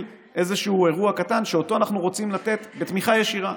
איזשהו אירוע קטן שאותו אנחנו רוצים לתת בתמיכה ישירה.